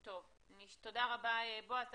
תודה רבה, בועז.